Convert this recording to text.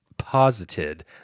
posited